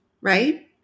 Right